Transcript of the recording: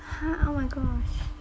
!huh! oh my gosh